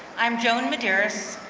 i'm joan medeiros,